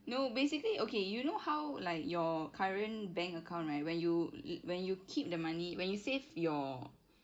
no basically okay you know how like your current bank account right when you when you keep the money when you save your